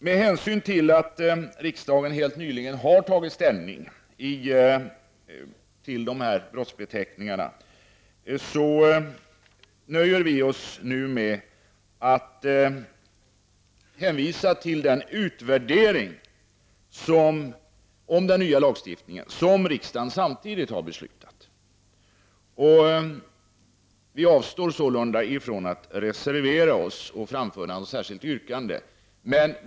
Med hänsyn till att riksdagen helt nyligen har tagit ställning till dessa brottsbeteckningar nöjer vi oss nu med att hänvisa till den utvärdering av den nya lagstiftningen som riksdagen samtidigt har uttalat sig för. Vi avstår sålunda från att reservera oss och från att framföra något särskilt yrkande.